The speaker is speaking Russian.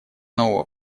нового